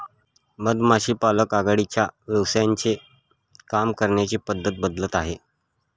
मधमाशी पालक आघाडीच्या व्यवसायांचे काम करण्याची पद्धत बदलत आहे